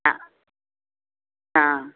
ஆ ஆ